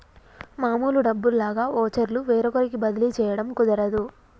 మామూలు డబ్బుల్లాగా వోచర్లు వేరొకరికి బదిలీ చేయడం కుదరదు